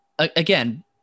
Again